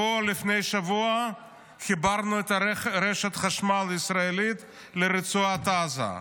לפני שבוע חיברנו את רשת החשמל הישראלית לרצועת עזה.